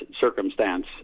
circumstance